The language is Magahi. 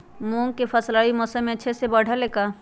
मूंग के फसल रबी मौसम में अच्छा से बढ़ ले का?